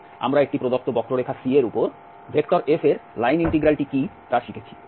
আমরা একটি প্রদত্ত বক্ররেখা C এর উপর F এর লাইন ইন্টিগ্রালটি কি তা শিখেছি